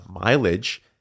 mileage